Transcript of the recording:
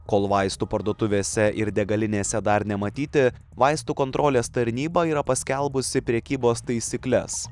kol vaistų parduotuvėse ir degalinėse dar nematyti vaistų kontrolės tarnyba yra paskelbusi prekybos taisykles